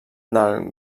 del